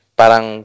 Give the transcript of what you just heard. parang